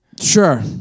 sure